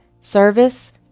service